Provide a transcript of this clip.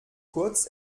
kurz